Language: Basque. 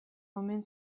omen